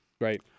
Right